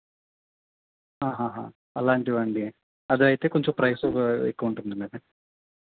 ఆహా అలాంటివి అండి అదైతే కొంచెం ప్రైస్ ఎక్కువ ఉంటుంది అండి